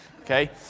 okay